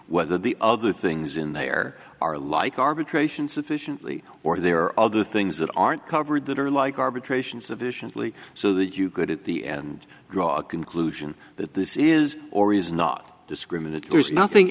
whether the other things in there are like arbitration sufficiently or there are other things that aren't covered that are like arbitration sufficiently so that you could at the end draw a conclusion that this is or is not discriminate there's nothing